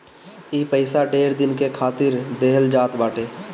ई पइसा ढेर दिन के खातिर देहल जात बाटे